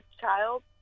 child